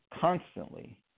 constantly